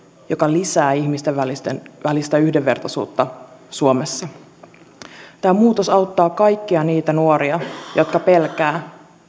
joka lisää ihmisten välistä välistä yhdenvertaisuutta suomessa tämä muutos auttaa kaikkia niitä nuoria jotka pelkäävät